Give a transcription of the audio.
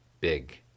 big